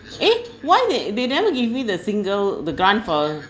eh why they they never give me the single the grant for